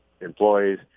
employees